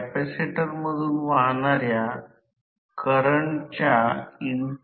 424 millimetre असू शकते किंवा मशीन च्या रेटिंग नंतर देखील बदलू शकते